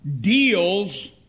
deals